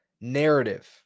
narrative